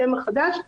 ההסכם החדש.